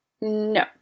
No